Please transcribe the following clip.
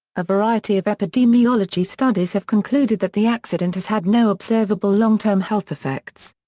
a variety of epidemiology studies have concluded that the accident has had no observable long term health effects.